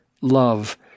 love